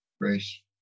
Grace